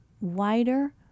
wider